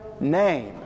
name